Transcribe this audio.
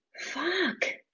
fuck